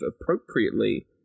appropriately